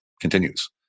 continues